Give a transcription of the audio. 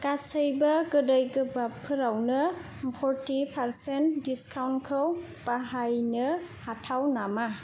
गासैबो गोदै गोबाबफोरावनो फ'रटि पारसेन्ट डिसकाउन्टखौ बाहायनो हाथाव नामा